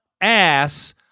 ass